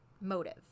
motive